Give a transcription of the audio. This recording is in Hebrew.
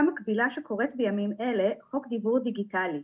מקבילה שקורת בימים האלה חוק דיברות דיגיטלית.